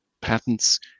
patents